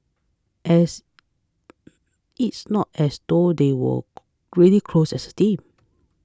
as it's not as though they were really close as a team